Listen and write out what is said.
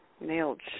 nailed